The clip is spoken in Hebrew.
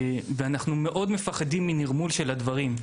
אנחנו מאוד מפחדים מהנרמול של הדברים.